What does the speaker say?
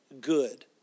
good